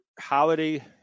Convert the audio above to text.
holiday